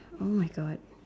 !oh-my-God!